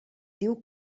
diu